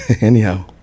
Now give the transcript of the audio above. Anyhow